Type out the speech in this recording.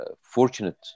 fortunate